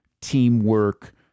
teamwork